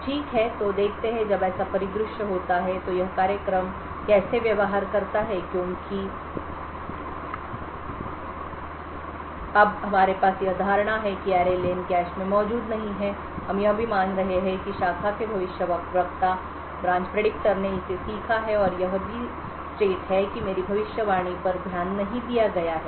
ठीक है तो देखते हैं कि जब ऐसा परिदृश्य होता है तो यह कार्यक्रम कैसे व्यवहार करता है क्योंकि अब हमारे पास यह धारणा है कि array len कैश में मौजूद नहीं है हम यह भी मान रहे हैं कि शाखा के भविष्यवक्ताब्रांच प्रिडिक्टर ने इसे सीखा है और यह भी स्टेट हैं कि मेरी भविष्यवाणी पर ध्यान नहीं दिया गया है